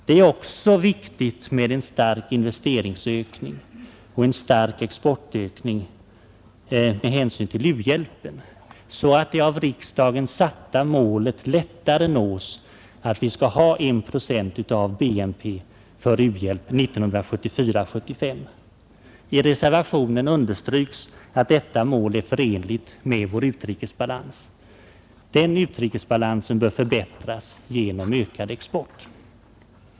Det är också viktigt med en stark investeringsökning och en exportökning med hänsyn till u-hjälpen, så att det av riksdagen satta målet — att vi skall ha en procent av bruttonationalprodukten för u-hjälp 1974/75 — lättare nås. I reservationen understryks att detta mål är förenligt med vår utrikesbalans. Denna bör förbättras genom ökad export.